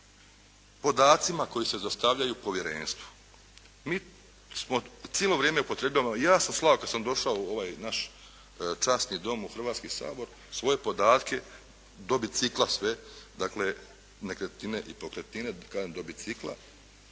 podacima koji se dostavljaju povjerenstvu, mi smo cijelo vrijeme upotrebljavamo, ja sam slao kad sam došao u ovaj naš časni Dom, u Hrvatski sabor, svoje podatke do bicikla sve, dakle nekretnine i pokretnine, kažem do bicikla